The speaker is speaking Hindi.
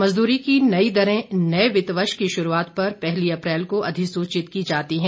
मजदूरी की नई दरें नए वित्त वर्ष की शुरूआत पर पहली अप्रैल को अधिसूचित की जाती हैं